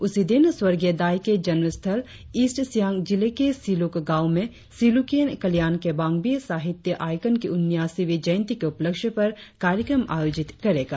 उसी दिन स्वर्गीय दाइ के जन्मस्थल ईस्ट सियांग जिले के सिलुक गांव में सिलुकियन कल्याण केबांग भी साहित्यिक आइकन के उन्यासीवीं जयंती के उपलक्ष्य पर कार्यक्रम आयोजित करेगा